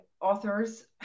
authors